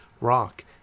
rock